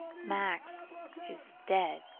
max is dead?